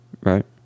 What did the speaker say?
right